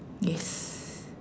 yes